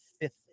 fifth